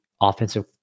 offensive